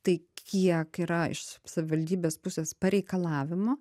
tai kiek yra iš savivaldybės pusės pareikalavimo